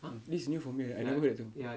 this is new for me I never hear that term before